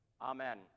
amen